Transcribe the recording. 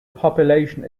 population